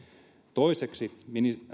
toiseksi